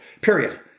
period